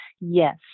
yes